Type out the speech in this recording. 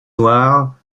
noire